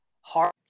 hard